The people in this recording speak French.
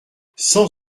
cent